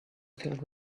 filled